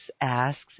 asks